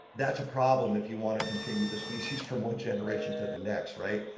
that's a problem if you want to continue the species from one generation to the next right.